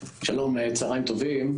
שלום, צוהריים טובים.